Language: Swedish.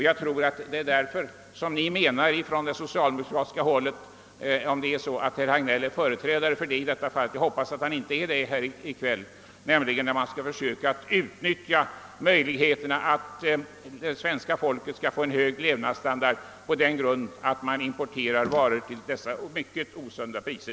Jag tror att man på socialdemokratiskt håll — jag hoppas att herr Hagnell i kväll inte talar på sitt partis vägnar — inte menar att man skall ge det svenska folket en högre levnadsstandard genom att importera varor till dessa mycket osunda priser.